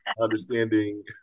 understanding